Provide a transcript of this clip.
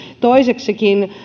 toiseksi